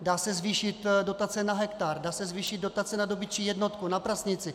Dá se zvýšit dotace na hektar, dá se zvýšit dotace na dobytčí jednotku, na prasnici.